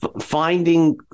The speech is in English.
finding